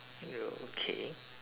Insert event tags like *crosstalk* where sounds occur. *noise* okay